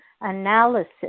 analysis